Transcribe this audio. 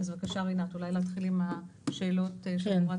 בבקשה רינת אולי נתחיל עם השאלות של חברת